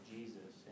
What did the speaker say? Jesus